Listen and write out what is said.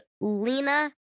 Lena